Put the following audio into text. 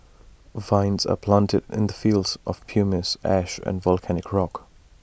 vines are planted in the fields of pumice ash and volcanic rock